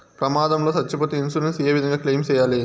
ప్రమాదం లో సచ్చిపోతే ఇన్సూరెన్సు ఏ విధంగా క్లెయిమ్ సేయాలి?